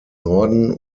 norden